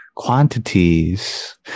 quantities